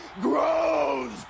grows